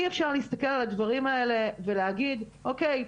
אי אפשר להסתכל על הדברים האלה ולהגיד "אוקיי,